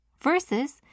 versus